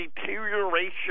deterioration